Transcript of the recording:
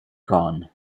gone